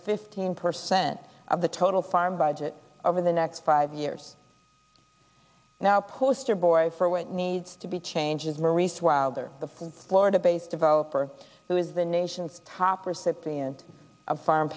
fifteen percent of the total farm budget over the next five years now poster boy for what needs to be changes maurice wilder the florida based developer who is the nation's top recipient of farm